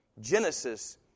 Genesis